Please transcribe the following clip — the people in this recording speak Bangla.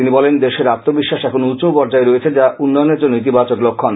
তিনি বলেন দেশের আত্মবিশ্বাস এখন উঁচু পর্যায়ে রয়ছে যা উন্নয়নের জন্য ইতিবাচক লক্ষণ